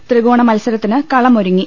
ത്രികോണ മത്സരത്തിന് കളമൊരുങ്ങി